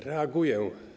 Reaguję.